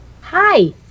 hi